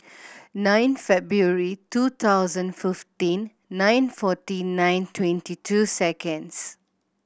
nine February two thousand fifteen nine forty nine twenty two seconds